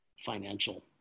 financial